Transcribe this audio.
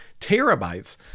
terabytes